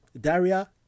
Daria